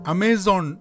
Amazon